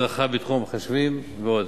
הדרכה בתחום המחשבים ועוד.